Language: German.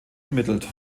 ermittelt